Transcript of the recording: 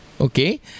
okay